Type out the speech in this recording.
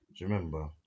Remember